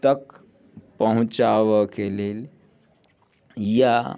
तक पहुँचावके लेल या